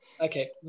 Okay